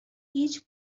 هیچ